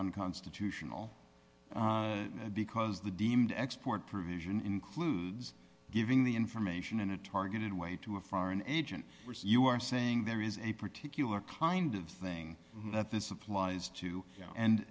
unconstitutional because the deemed export provision includes giving the information in a targeted way to a foreign agent which you are saying there is a particular kind of thing that this applies to and